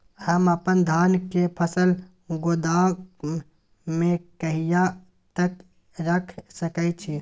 हम अपन धान के फसल गोदाम में कहिया तक रख सकैय छी?